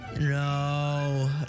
No